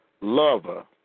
lover